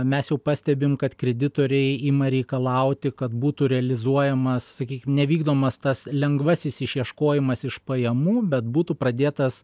mes jau pastebim kad kreditoriai ima reikalauti kad būtų realizuojamas sakykim nevykdomas tas lengvasis išieškojimas iš pajamų bet būtų pradėtas